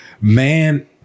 Man